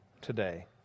today